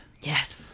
Yes